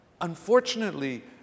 Unfortunately